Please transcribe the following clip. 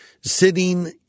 sitting